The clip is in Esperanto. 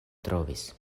trovis